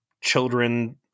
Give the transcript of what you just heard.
children